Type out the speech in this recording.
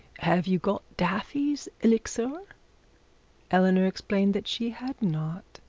have you got daffy's elixir eleanor explained that she had not.